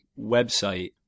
website